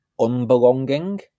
unbelonging